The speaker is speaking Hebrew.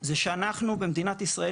הוא שאנחנו במדינת ישראל,